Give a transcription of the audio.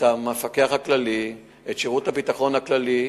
את המפקח הכללי, את שירות הביטחון הכללי.